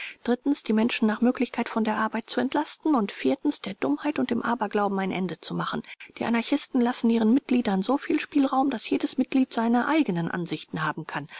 die menschen nach möglichkeit von der arbeit zu entlasten und der dummheit und dem aberglauben ein ende zu machen die anarchisten lassen ihren mitgliedern so viel spielraum daß jedes mitglied seine eigenen ansichten haben kann